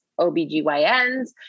OBGYNs